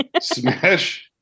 smash